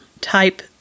type